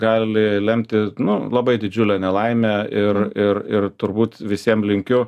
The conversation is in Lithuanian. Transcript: gali lemti nu labai didžiulę nelaimę ir ir ir turbūt visiem linkiu